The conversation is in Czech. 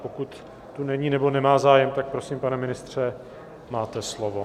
Pokud tu není nebo nemá zájem, tak prosím, pane ministře, máte slovo.